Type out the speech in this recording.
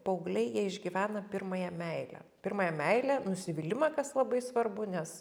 paaugliai jie išgyvena pirmąją meilę pirmąją meilę nusivylimą kas labai svarbu nes